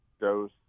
dose